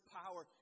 power